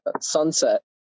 sunset